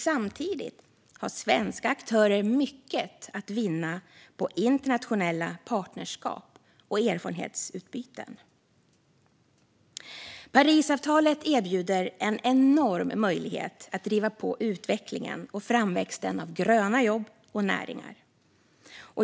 Samtidigt har svenska aktörer mycket att vinna på internationella partnerskap och erfarenhetsutbyten. Parisavtalet erbjuder en enorm möjlighet att driva på utvecklingen och framväxten av gröna jobb och näringar.